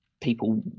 people